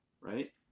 right